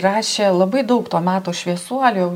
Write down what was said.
rašė labai daug to meto šviesuolių jau